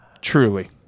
Truly